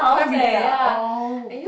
!huh! really ah oh